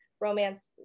romance